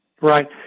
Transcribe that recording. Right